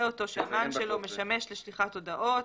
אותו שהמען שלו משמש לשליחת הודעות